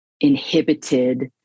inhibited